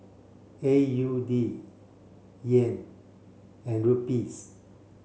A U D Yen and Rupee